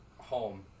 home